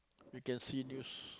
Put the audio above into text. we can see news